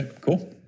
cool